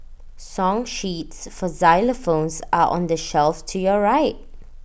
song sheets for xylophones are on the shelf to your right